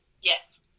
Yes